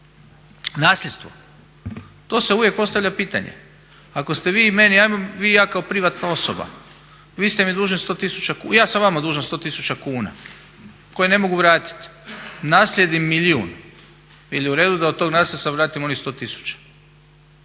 Nasljedstvo. To se uvijek postavlja pitanje, ako ste vi meni, vi i ja kao privatna osoba, vi ste mi dužni 100 tisuća, ja sam vama dužan 100 tisuća kuna koje ne mogu vratiti, naslijedim milijun, je li u redu da od tog nasljedstva vratim onih 100